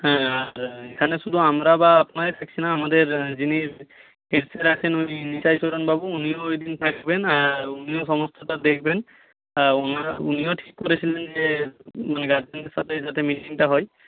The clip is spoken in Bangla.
হ্যাঁ আর এখানে শুধু আমরা বা আপনারাই থাকছি না আমাদের যিনি হেড স্যার আছেন উনি নিতাইচরণ বাবু উনিও ওই দিন থাকবেন উনিও সমস্তটা দেখবেন উনিও ঠিক করেছেন যে গার্জেনদের সাথে যাতে মিটিংটা হয়